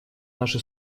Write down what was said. наши